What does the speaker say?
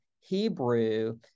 Hebrew